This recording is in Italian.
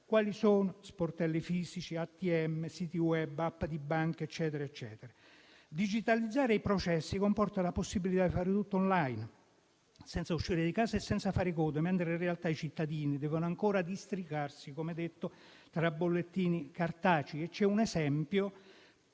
quali sportelli fisici, ATM, siti web, app di banca e così via. Digitalizzare i processi comporta la possibilità di fare tutto on line, senza uscire di casa e senza fare code, mentre in realtà i cittadini devono ancora districarsi, come detto, tra bollettini cartacei.